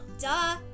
Duh